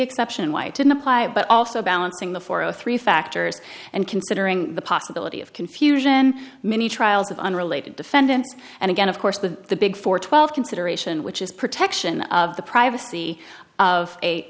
exception why it didn't apply but also balancing the four or three factors and considering the possibility of confusion many trials of unrelated defendants and again of course the big four twelve consideration which is protection of the privacy of